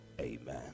Amen